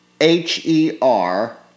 H-E-R